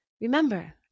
Remember